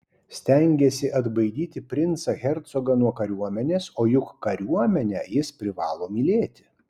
stengėsi atbaidyti princą hercogą nuo kariuomenės o juk kariuomenę jis privalo mylėti